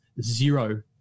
zero